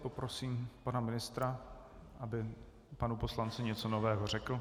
Poprosím pana ministra, aby panu poslanci něco nového řekl.